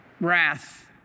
Wrath